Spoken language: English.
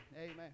Amen